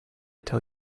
tell